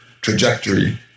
Trajectory